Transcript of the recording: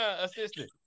assistant